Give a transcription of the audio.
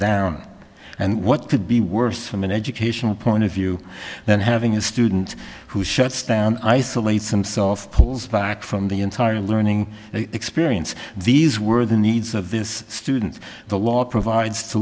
down and what could be worse from an educational point of view than having a student who shuts down isolate some sort of pulls back from the entire learning experience these were the needs of this student the law provides to